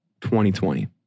2020